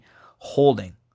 Holding